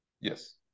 Yes